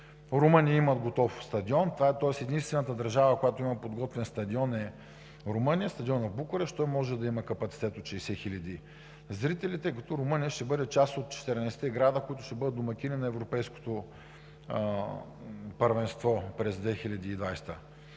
Румъния има готов стадион. Единствената държава, която има подготвен стадион, е Румъния – стадионът в Букурещ. Той може да има капацитет от 60 хиляди зрители, тъй като Румъния ще бъде част от 14-те града, които ще бъдат домакини на Европейското първенство през 2020 г.